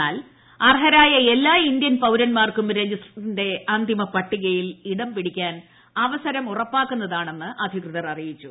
എന്നാൽ അർഹരായ എല്ലാ ഇന്ത്യൻ പൌരൻമാർക്കും രജിസ്റ്ററിന്റെ അന്തിമ പട്ടികയിൽ ഇടംപിടിക്കാൻ അവസരം ഉറപ്പാക്കുന്നതാണെന്ന് അധികൃതർ അറിയിച്ചു